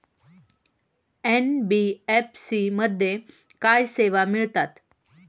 NBFC मध्ये काय सेवा मिळतात?